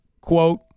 quote